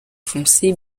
foncé